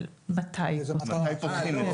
של מתי פותחים.